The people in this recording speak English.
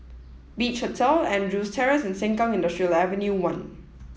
Beach Hotel Andrews Terrace and Sengkang Industrial Ave one